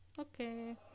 Okay